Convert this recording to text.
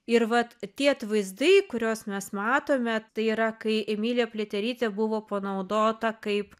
ir vat tie atvaizdai kuriuos mes matome tai yra kai emilija pliaterytė buvo panaudota kaip